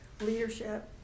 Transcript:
leadership